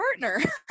partner